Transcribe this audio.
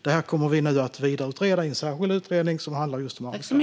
Detta kommer vi nu att utreda vidare i en särskild utredning som handlar om just arbetskraftsinvandring.